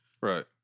Right